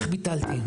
איך ביטלתי.